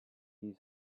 you